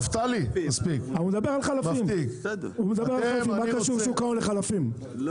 הוא מדבר על חלפים, מה קשור שוק ההון לחלפים?